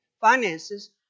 finances